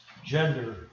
Gender